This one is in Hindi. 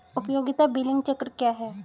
उपयोगिता बिलिंग चक्र क्या है?